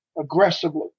aggressively